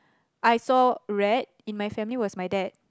I saw read in my family was my dad